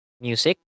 music